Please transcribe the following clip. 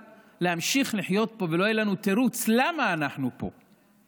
להמשיך לחיות פה ולא יהיה לנו תירוץ למה אנחנו פה.